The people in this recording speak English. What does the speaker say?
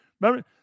Remember